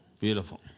Beautiful